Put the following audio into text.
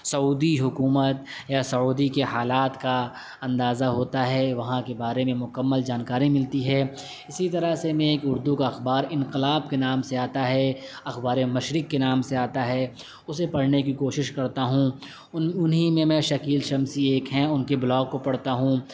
سعودی حکومت یا سعودی کے حالات کا اندازہ ہوتا ہے وہاں کے بارے میں مکمل جانکاری ملتی ہے اسی طرح سے میں ایک اردو کا اخبار انقلاب کے نام سے آتا ہے اخبار مشرق کے نام سے آتا ہے اسے پڑھنے کی کوشش کرتا ہوں انہیں میں میں شکیل شمشی ایک ہیں ان کے بلاگ کو پڑھتا ہوں